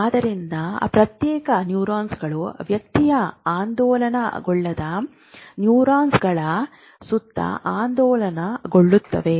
ಆದ್ದರಿಂದ ಪ್ರತ್ಯೇಕ ನ್ಯೂರಾನ್ಗಳು ವ್ಯಕ್ತಿಯ ಆಂದೋಲನಗೊಳ್ಳದ ನ್ಯೂರಾನ್ಗಳ ಸುತ್ತ ಆಂದೋಲನಗೊಳ್ಳುತ್ತವೆ